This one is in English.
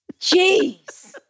Jeez